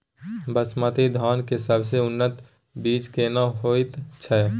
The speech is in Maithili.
बासमती धान के सबसे उन्नत बीज केना होयत छै?